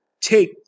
Take